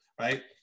right